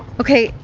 okay,